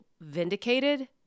vindicated